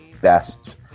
best